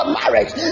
marriage